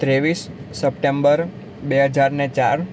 ત્રેવીસ સપ્ટેમ્બર બે હજારને ચાર